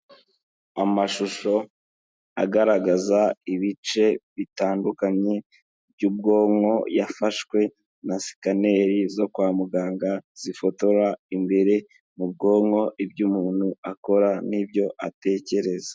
Amashusho agaragaza ibice bitandukanye by'ubwonko yafashwe na scaner zo kwa muganga zifotora imbere mu bwonko ibyo umuntu akora n'ibyo atekereza.